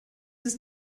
ist